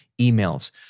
emails